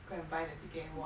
go and buy the ticket and watch